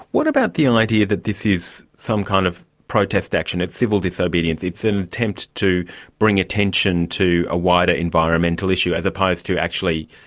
what about the idea that this is some kind of protest action, it's civil disobedience, it's an attempt to bring attention to a wider environmental issue as opposed to actually,